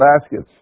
baskets